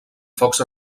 focs